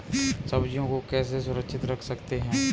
सब्जियों को कैसे सुरक्षित रख सकते हैं?